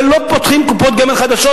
ולא פותחים קופות גמל חדשות,